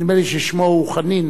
נדמה לי ששמו הוא חַנין.